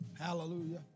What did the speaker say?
Hallelujah